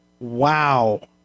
wow